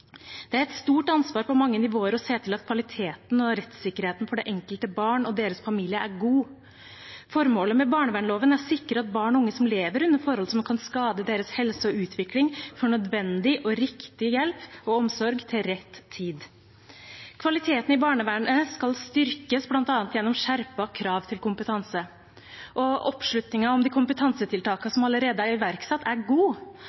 Det er et stort ansvar på mange nivåer å se til at kvaliteten og rettssikkerheten til det enkelte barn og dets familie er god. Formålet med barnevernsloven er å sikre at barn og unge som lever under forhold som kan skade deres helse og utvikling, får nødvendig og riktig hjelp og omsorg til rett tid. Kvaliteten i barnevernet skal styrkes bl.a. gjennom skjerpede krav til kompetanse. Oppslutningen om de kompetansetiltakene som allerede er iverksatt, er god,